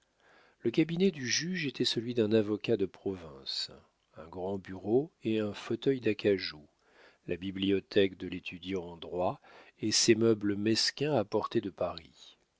le cabinet du juge était celui d'un avocat de province un grand bureau et un fauteuil d'acajou la bibliothèque de l'étudiant en droit et ses meubles mesquins apportés de paris